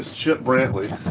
ah chip brantley.